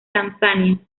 tanzania